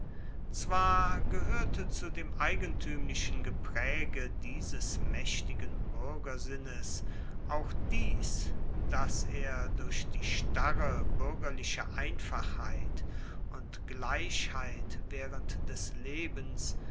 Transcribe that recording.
zwar gehoerte zu dem eigentuemlichen gepraege dieses maechtigen buergersinnes auch dies dass er durch die starre buergerliche einfachheit und gleichheit waehrend des lebens